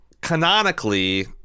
canonically